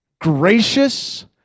gracious